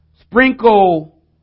sprinkle